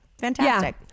Fantastic